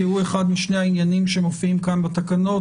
הוא אחד משני העניינים שמופיעים כאן בתקנות.